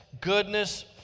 goodness